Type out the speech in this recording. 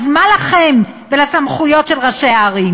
אז מה לכם ולסמכויות של ראשי הערים?